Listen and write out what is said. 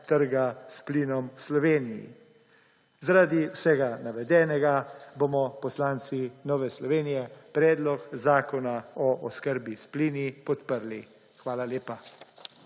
trga s plinom v Sloveniji. Zaradi vsega navedenega bomo poslanci Nove Slovenije Predlog zakona o oskrbi s plini podprli. Hvala lepa.